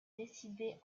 décidé